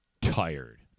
tired